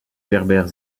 berbère